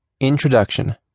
Introduction